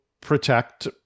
protect